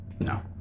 No